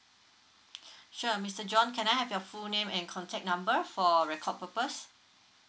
sure mister john can I have your full name and contact number for record purpose